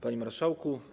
Panie Marszałku!